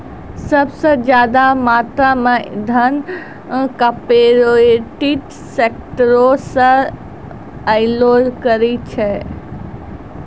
सभ से ज्यादा मात्रा मे धन कार्पोरेटे सेक्टरो से अयलो करे छै